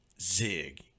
Zig